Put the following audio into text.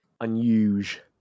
unusual